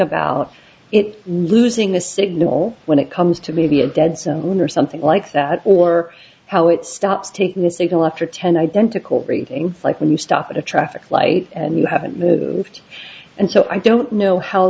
about it losing the signal when it comes to maybe a dead zone or something like that or how it starts taking a signal after ten identical free things like when you stop at a traffic light and you haven't moved and so i don't know h